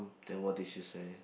then what did she say